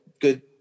good